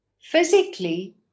physically